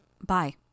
Bye